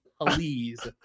Please